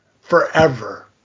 Forever